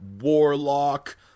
Warlock